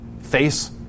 face